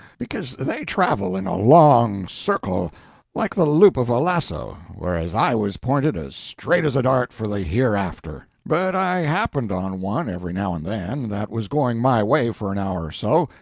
because they travel in a long circle like the loop of a lasso, whereas i was pointed as straight as a dart for the hereafter but i happened on one every now and then that was going my way for an hour or so,